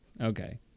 okay